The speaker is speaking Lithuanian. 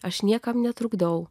aš niekam netrukdau